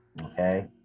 okay